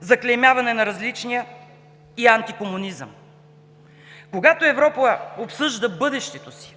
заклеймяване на различния и антикомунизъм. Когато Европа обсъжда бъдещето си,